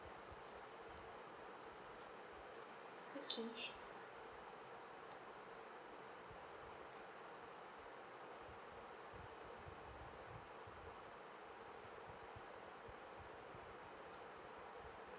okay